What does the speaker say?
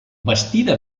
bastida